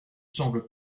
semble